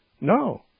No